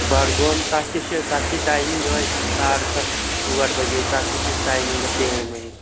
بَڈگوم تتھ تہِ چھِ تتھ تہِ ٹایمِنٛگ یَہَے ساڑٕ ستھ ٲٹھ بجے تتھ چھِ اَسہِ ٹایمِنٛگ سیم وۅنۍ